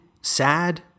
Sad